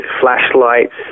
flashlights